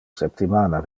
septimana